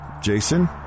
Jason